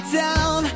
down